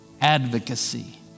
Advocacy